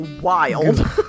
wild